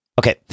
okay